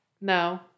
No